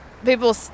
People